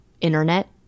internet